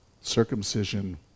Circumcision